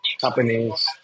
companies